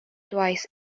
twice